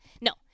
No